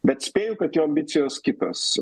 bet spėju kad jo ambicijos kitos